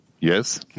Yes